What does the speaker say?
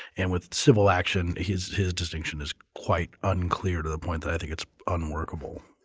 and with civil action his his description is quite unclear to the point that i think it's unworkable.